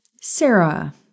Sarah